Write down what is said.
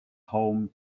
home